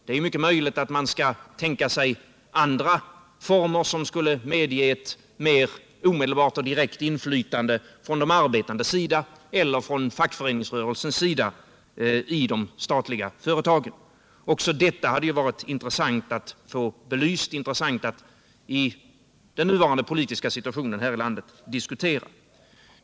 Det är mycket möjligt att man kan tänka sig andra former som skulle medge ett mer omedelbart och direkt inflytande från de arbetandes sida eller från fackföreningsrörelsens sida i de statliga företagen. Också detta hade varit intressant att få belyst och i den nuvarande politiska situationen här i landet diskutera.